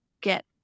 get